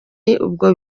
ubwo